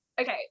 Okay